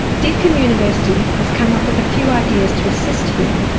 deakin university has come up with a few ideas to assist here,